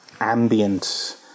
ambient